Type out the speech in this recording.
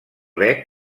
bec